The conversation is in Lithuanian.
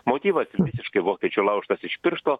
motyvas visiškai vokiečių laužtas iš piršto